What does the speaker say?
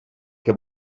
que